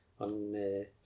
on